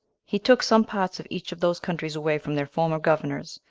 he took some parts of each of those countries away from their former governors,